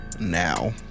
now